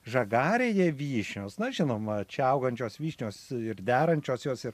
žagarėje vyšnios na žinoma čia augančios vyšnios ir derančios jos ir